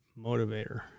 motivator